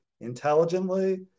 intelligently